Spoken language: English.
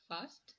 first